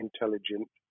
intelligent